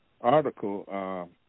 article